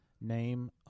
name